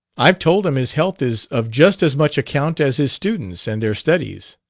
i've told him his health is of just as much account as his students and their studies.